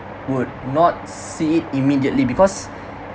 would not see it immediately because